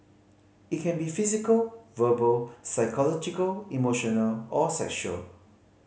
it can be physical verbal psychological emotional or sexual